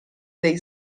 dei